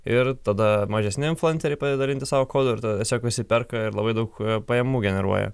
ir tada mažesni influenceriai pradeda dalintis savo kodu ir tada tiesiog visi perka ir labai daug pajamų generuoja